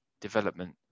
development